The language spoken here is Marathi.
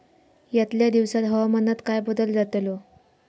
यतल्या दिवसात हवामानात काय बदल जातलो?